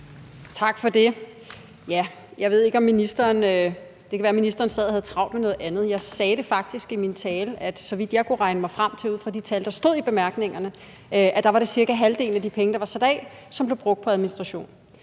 Tak for det. Det kan være, at ministeren sad og havde travlt med noget andet, men jeg sagde faktisk i min tale, at så vidt jeg kunne regne mig frem til ud fra de tal, der stod i bemærkningerne, var det cirka halvdelen af de penge, der var sat af, som blev brugt på administration.